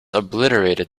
obliterated